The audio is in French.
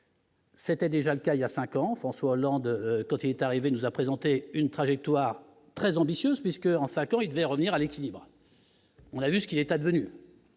C'était déjà le cas il y a 5 enfants soit Hollande quand il est arrivé, nous a présenté une trajectoire très ambitieuse puisque, en 5 ans, il devait revenir à l'équilibre, on a vu ce qui est advenu.